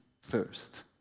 first